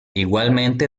igualmente